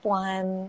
one